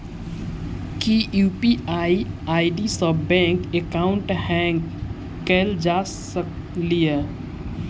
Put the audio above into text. की UPI ID सऽ bank account hack कैल जा सकलिये?